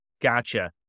Gotcha